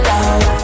Love